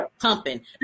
pumping